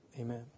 Amen